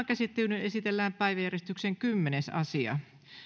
käsittelyyn esitellään päiväjärjestyksen kymmenes asia